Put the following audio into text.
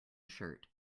shirt